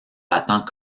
battant